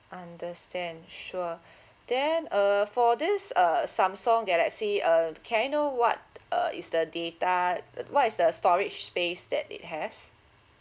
understand sure then uh for this uh samsung galaxy uh can I know what uh is the data uh what is the storage space that it has